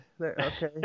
Okay